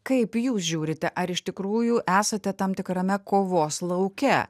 kaip jūs žiūrite ar iš tikrųjų esate tam tikrame kovos lauke